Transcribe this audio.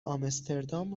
آمستردام